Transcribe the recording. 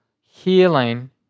healing